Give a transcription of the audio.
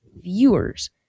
viewers